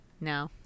no